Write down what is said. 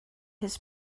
his